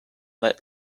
let